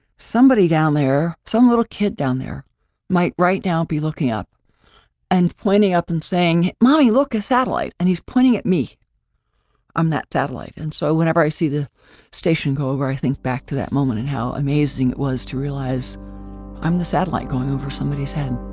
somebody down there, some little kid down there might right now be looking up and pointing up and saying mommy look a satellite, and he's pointing at me i'm that satellite. and so, whenever i see the station go over, i think back to that moment and how amazing it was to realize i'm the satellite going over somebody's head.